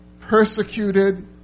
persecuted